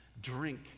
drink